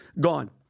gone